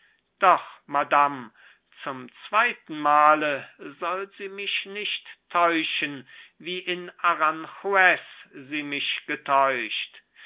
doch madam zum zweiten male soll sie mich nicht täuschen wie in aranjuez sie mich getäuscht